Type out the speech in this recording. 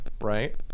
right